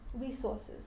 resources